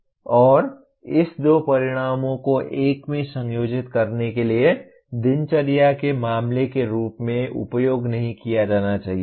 और जहां हम करते हैं इसे दो परिणामों को एक में संयोजित करने के लिए दिनचर्या के मामले के रूप में उपयोग नहीं किया जाना चाहिए